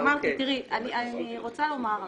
אני רוצה לומר לך,